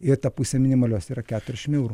ir ta pusė minimalios yra keturiasdešimt eurų